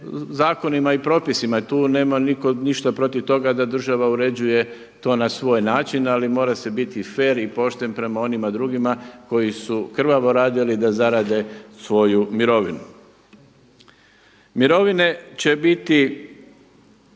zakonima i propisima i tu nema nitko ništa protiv toga da država uređuje to na svoj način, ali mora se biti fer i pošten prema onima drugima koji su krvavo radili da zarade svoju mirovinu. Mirovine će biti